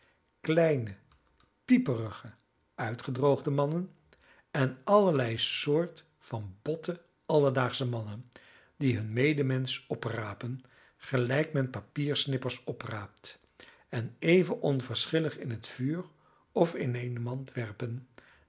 mannen kleine pieperige uitgedroogde mannen en allerlei soort van botte alledaagsche mannen die hun medemensch oprapen gelijk men papiersnippers opraapt en even onverschillig in het vuur of in eene